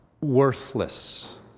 worthless